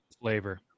flavor